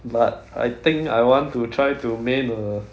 but I think I want to try to main uh